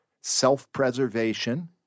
self-preservation